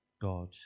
God